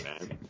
man